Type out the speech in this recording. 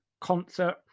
concert